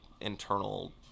internal